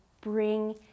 bring